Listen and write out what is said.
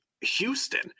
Houston